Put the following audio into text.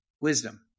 wisdom